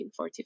1945